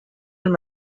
and